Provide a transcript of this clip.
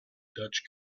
dutch